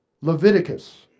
Leviticus